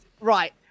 Right